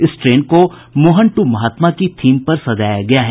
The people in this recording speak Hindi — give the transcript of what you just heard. इस ट्रेन को मोहन टू महात्मा की थीम पर सजाया गया है